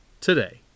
today